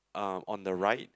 uh on the right